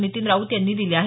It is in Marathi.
नितीन राऊत यांनी दिले आहेत